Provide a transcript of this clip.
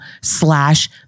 slash